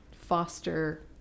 foster